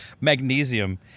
magnesium